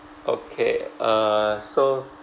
okay uh so